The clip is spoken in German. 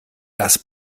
das